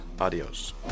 Adios